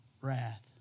wrath